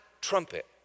trumpet